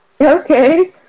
Okay